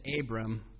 Abram